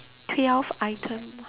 twelve item